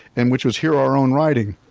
and which was hear our own writing.